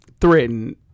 threatened